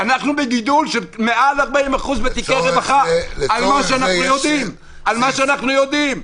אנחנו בגידול של יותר מ-40% בתיקי רווחה ממה שאנחנו יודעים.